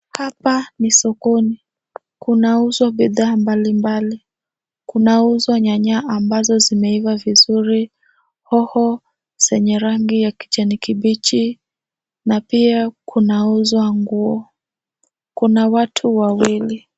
Hapa ni sokoni, kunauzwa bidhaa mbalimbali. Kunauzwa nyanya ambazo zimeiva vizuri, hoho zenye rangi ya kijani kibichi na pia kunauzwa nguo. Kuna watu wawili.